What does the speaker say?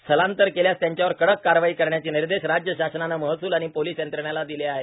स्थलांतर केल्यास त्यांच्यावर कडक कारवाई करण्याचे निर्देश राज्य शासनाने महसूल आणि पोलीस यंत्रणेला दिले आहेत